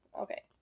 okay